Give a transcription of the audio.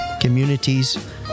communities